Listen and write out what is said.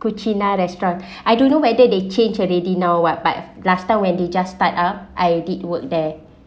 cucina restaurant I don't know whether they change already now what but last time when they just start up I did work there